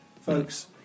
Folks